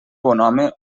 bonhome